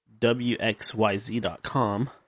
WXYZ.com